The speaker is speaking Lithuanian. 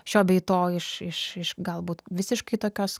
šio bei to iš iš iš galbūt visiškai tokios